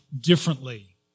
differently